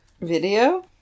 video